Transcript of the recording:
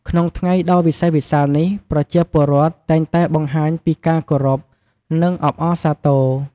ក្នុង ថ្ងៃដ៏វិសេសវិសាល នេះ ប្រជាពលរដ្ឋ តែងតែបង្ហាញពី ការគោរព និង អបអរសាទរ។